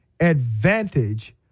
advantage